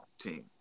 team